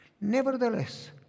Nevertheless